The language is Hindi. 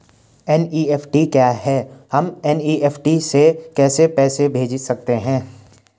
एन.ई.एफ.टी क्या है हम एन.ई.एफ.टी से कैसे पैसे भेज सकते हैं?